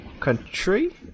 country